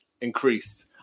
increased